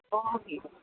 हो की हो